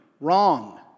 Wrong